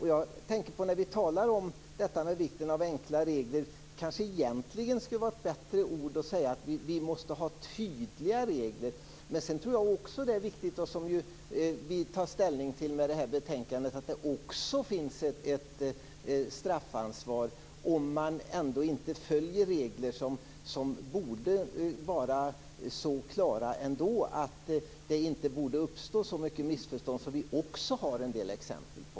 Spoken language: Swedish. När vi talar om vikten av enkla regler kanske det egentligen skulle vara bättre att säga att vi måste ha tydliga regler. Men jag tror att det är viktigt, vilket vi tar ställning till med det här betänkandet, att det också finns ett straffansvar om man inte följer regler som borde vara så klara att det inte borde uppstå så många missförstånd som vi också har en del exempel på.